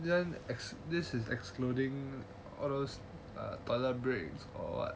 this [one] this is excluding all those toilet breaks or what